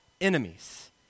enemies